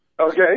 Okay